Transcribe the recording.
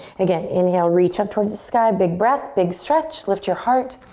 again, inhale, reach up towards the sky. big breath, big stretch. lift your heart.